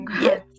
Yes